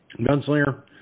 Gunslinger